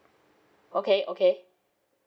okay okay